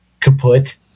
kaput